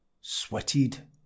sweated